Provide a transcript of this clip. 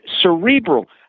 cerebral